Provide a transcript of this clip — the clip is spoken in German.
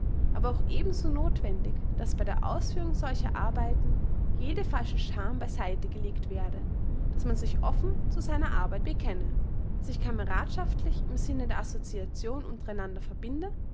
aber auch ebenso nothwendig daß bei der ausführung solcher arbeiten jede falsche scham bei seite gelegt werde daß man sich offen zu seiner arbeit bekenne sich kameradschaftlich im sinne der association untereinander verbinde